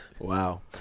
Wow